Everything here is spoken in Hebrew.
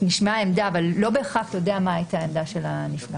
נשמעה עמדה אבל לא בהכרח יודע מה הייתה עמדת הנפגע.